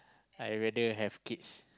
I rather have kids